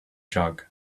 jug